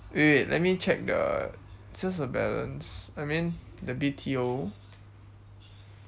wait wait wait let me check the sales of balance I mean the B_T_O